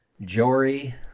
Jory